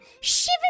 Shiver